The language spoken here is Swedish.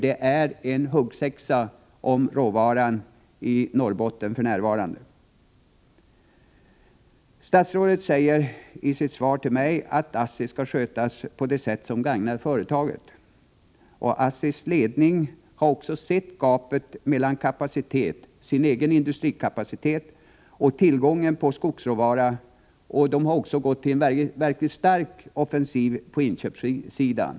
Det är en huggsexa om råvaran i Norrbotten för närvarande. Statsrådet säger i sitt svar till mig, att ASSI skall skötas på det sätt som gagnar företaget. ASSI:s ledning har också sett gapet mellan sin egen industrikapacitet och tillgången på skogsråvara och har gått till verkligt stark offensiv på inköpssidan.